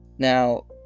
Now